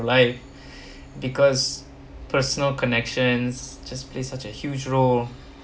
life because personal connections just play such a huge role